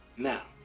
now,